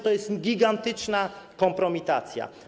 To jest gigantyczna kompromitacja.